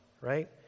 right